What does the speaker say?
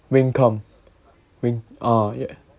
wing com wing oh yeah